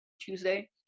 Tuesday